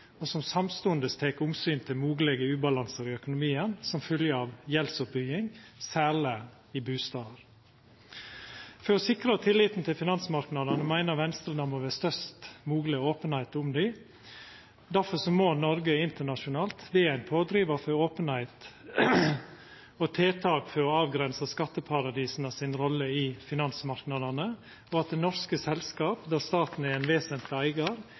og som samstundes tek omsyn til moglege ubalansar i økonomien som følgje av gjeldsoppbygging, særleg i bustader. For å sikra tilliten til finansmarknadene meiner Venstre det må vera størst mogleg openheit om dei. Derfor må Noreg internasjonalt vera ein pådrivar for openheit om tiltak for å avgrensa skatteparadisa si rolle i finansmarknadene og for at norske selskap der staten er ein vesentleg eigar,